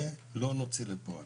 ולא נוציא לפועל?